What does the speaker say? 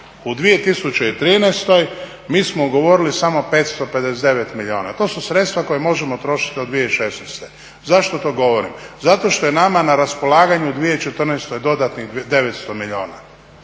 u 2013. mi smo govorili samo o 559 milijuna. To su sredstva koja možemo trošit od 2016. Zašto to govorim? Zato što je nama na raspolaganju u 2014. dodatnih 900 milijuna